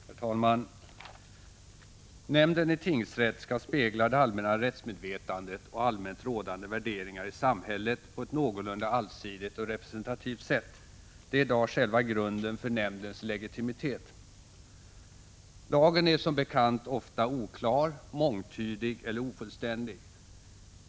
Herr talman! Nämnden i tingsrätt skall spegla det allmänna rättsmedvetandet och allmänt rådande värderingar i samhället på ett någorlunda allsidigt och representativt sätt — det är i dag själva grunden för nämndens legitimitet. Lagen är som bekant ofta oklar, mångtydig eller ofullständig.